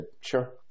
sure